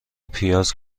پیاز